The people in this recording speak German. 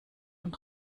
und